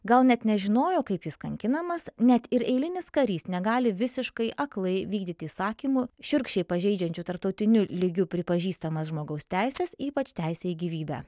gal net nežinojo kaip jis kankinamas net ir eilinis karys negali visiškai aklai vykdyti įsakymų šiurkščiai pažeidžiančių tarptautiniu lygiu pripažįstamas žmogaus teises ypač teisę į gyvybę